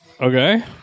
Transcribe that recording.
Okay